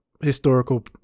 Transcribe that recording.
historical